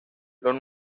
los